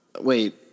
wait